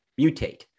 mutate